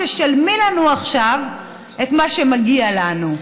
תשלמי לנו עכשיו את מה שמגיע לנו.